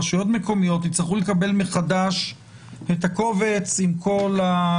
רשויות מקומיות יצטרכו לקבל מחדש את הקובץ עם כל...